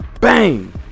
Bang